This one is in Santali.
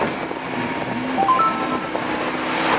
ᱵᱤᱨ ᱵᱷᱩᱢ